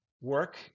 work